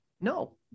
no